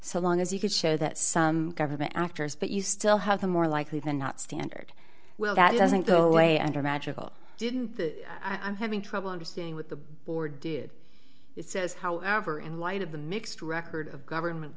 so long as you could show that some government after us but you still have the more likely than not standard well that doesn't go away under magical didn't that i'm having trouble understanding what the board did it says however in light of the mixed record of government